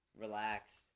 relaxed